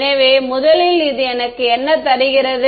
எனவே முதலில் இது எனக்கு என்ன தருகிறது